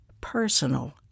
personal